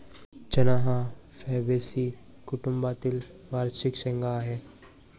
चणा हा फैबेसी कुटुंबातील वार्षिक शेंगा आहे